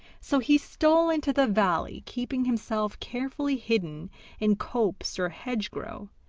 so he stole into the valley, keeping himself carefully hidden in copse or hedgerow,